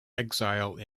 exile